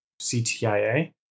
CTIA